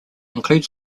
include